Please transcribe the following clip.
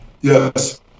Yes